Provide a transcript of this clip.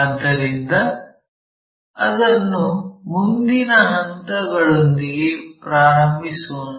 ಆದ್ದರಿಂದ ಅದನ್ನು ಮುಂದಿನ ಹಂತಗಳೊಂದಿಗೆ ಪ್ರಾರಂಭಿಸೋಣ